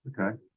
Okay